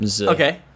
Okay